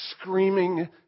Screaming